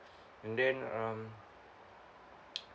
and them um